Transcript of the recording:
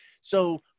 So-